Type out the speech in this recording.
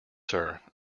sir